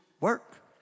work